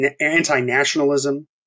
anti-nationalism